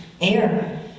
air